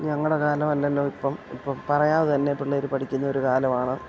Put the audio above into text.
ഞങ്ങളുടെ കാലമല്ലല്ലോ ഇപ്പം ഇപ്പം പറയാതെതന്നെ പിള്ളേർ പഠിക്കുന്ന ഒരു കാലമാണ്